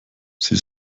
sie